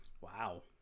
Wow